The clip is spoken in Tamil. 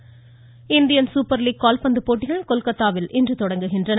கால்பந்து இந்தியன் சூப்பர் லீக் கால்பந்து போட்டிகள் கொல்கத்தாவில் இன்று தொடங்குகின்றன